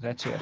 that's it